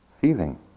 feeling